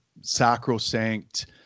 sacrosanct